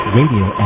radio